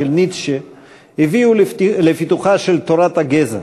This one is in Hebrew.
של ניטשה הביא לפיתוחה של תורת הגזע